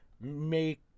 make